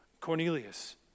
Cornelius